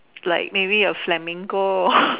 like maybe a flamingo